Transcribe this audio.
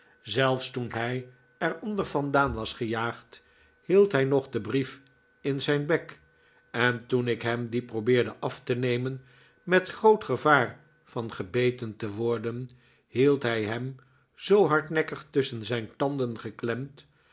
zelfs toen hij ei onder vandaan was gejaagd hield hij nog den brief in zijn bek en toen ik hem dien probeerde af te nemen met groot gevaar van gebeten te worden hield hij hem zoo hardnekkig tusschen zijn tanden geklemd